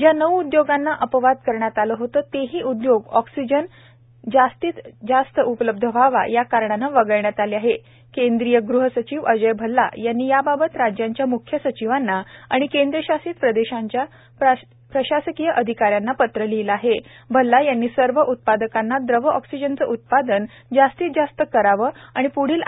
ज्यानऊउद्यो गांनाअपवादकरण्यातआलंहोतंतेहीउद्योगऑक्सिजनजास्तीतउपलब्धव्हावायाकारणानं वगळण्यातआलेआहेत केंद्रीयग़हसचिवअजयभल्लायांनीयाबाबतराज्यांच्यामुख्यसचिवांनाआणिकेंद्रशासितप्रदे शांच्याप्रशासकीयअधिकाऱ्यांनापत्रलिहिलंआहे